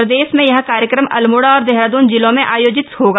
प्रदेश में यह कार्यक्रम अल्मोड़ा और देहरादून जिलों में आयोजित होगा